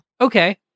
Okay